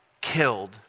killed